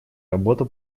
работа